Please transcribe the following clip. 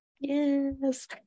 Yes